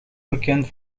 bekend